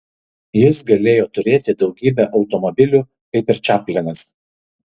jis galėjo turėti daugybę automobilių kaip ir čaplinas